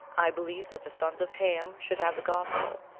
i believe that the sons of ham should have the gospel,